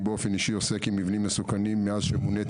אני באופן אישי עוסק במבנים מסוכנים מאז שמוניתי